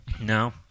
No